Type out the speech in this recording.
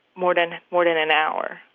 more than more than an hour.